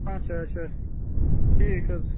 اَچھا اَچھا ٹھیٖک حظ